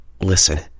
Listen